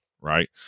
right